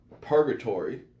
purgatory